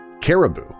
caribou